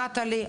נטלי,